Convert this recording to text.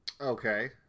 Okay